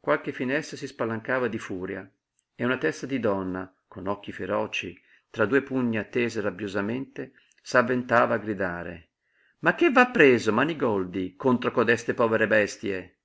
qualche finestra si spalancava di furia e una testa di donna con occhi feroci tra due pugna tese rabbiosamente s'avventava a gridare ma che v'ha preso manigoldi contro codeste povere bestie